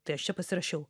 tai aš čia pasirašiau